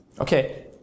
Okay